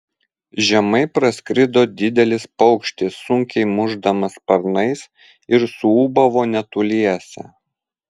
žemai praskrido didelis paukštis sunkiai mušdamas sparnais ir suūbavo netoliese